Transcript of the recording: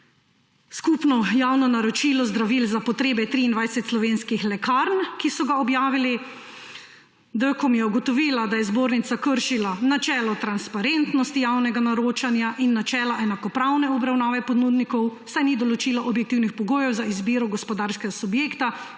skupno javno naročilo zdravil za potrebe 23 slovenskih lekarn, ki so ga objavili. DKOM je ugotovila, da je zbornica kršila načelo transparentnosti javnega naročanja in načela enakopravne obravnave ponudnikov, saj ni določila objektivnih pogojev za izbiro gospodarskega subjekta,